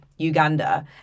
Uganda